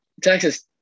Texas